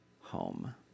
home